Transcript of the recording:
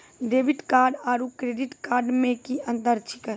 Debit card आरू credit card मे कि अन्तर छैक?